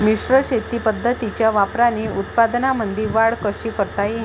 मिश्र शेती पद्धतीच्या वापराने उत्पन्नामंदी वाढ कशी करता येईन?